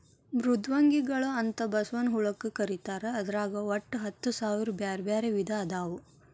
ಮೃದ್ವಂಗಿಗಳು ಅಂತ ಬಸವನ ಹುಳಕ್ಕ ಕರೇತಾರ ಅದ್ರಾಗ ಒಟ್ಟ ಹತ್ತಸಾವಿರ ಬ್ಯಾರ್ಬ್ಯಾರೇ ವಿಧ ಅದಾವು